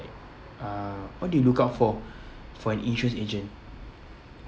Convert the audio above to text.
uh what do you look out for for an insurance agent